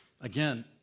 Again